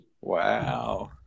Wow